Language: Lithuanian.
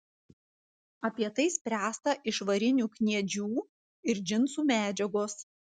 apie tai spręsta iš varinių kniedžių ir džinsų medžiagos